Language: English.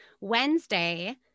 Wednesday